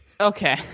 Okay